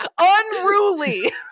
unruly